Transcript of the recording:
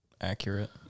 accurate